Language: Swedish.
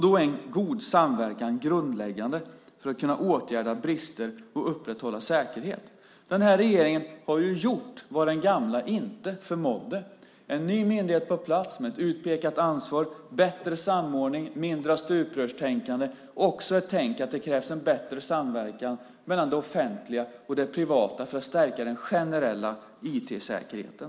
Då är en god samverkan grundläggande för att kunna åtgärda brister och upprätthålla säkerhet. Den här regeringen har gjort vad den gamla inte förmådde. En ny myndighet kommer på plats med ett utpekat ansvar. Det blir bättre samordning, mindre av stuprörstänkande och också ett tänk att det krävs en bättre samverkan mellan det offentliga och det privata för att stärka den generella IT-säkerheten.